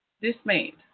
dismayed